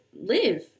live